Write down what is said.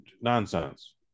nonsense